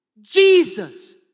Jesus